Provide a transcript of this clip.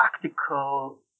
practical